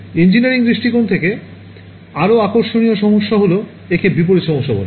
engineering দৃষ্টিকোণ থেকে আরও আকর্ষণীয় সমস্যা হল একে বিপরীত সমস্যা বলে